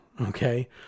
Okay